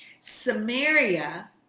Samaria